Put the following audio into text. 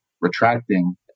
retracting